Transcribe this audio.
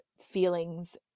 feelings